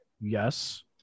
Yes